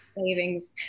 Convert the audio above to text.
savings